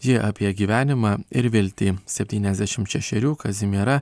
ji apie gyvenimą ir viltį septyniasdešimt šešerių kazimiera